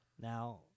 Now